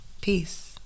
peace